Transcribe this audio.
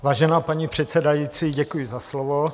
Vážená paní předsedající, děkuji za slovo.